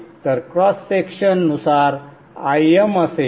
तर cross section नुसार Im असेल